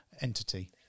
entity